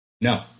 No